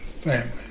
family